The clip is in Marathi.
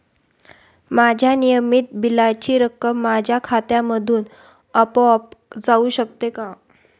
माझ्या नियमित बिलाची रक्कम माझ्या खात्यामधून आपोआप जाऊ शकते का?